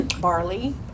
Barley